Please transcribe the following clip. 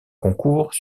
concours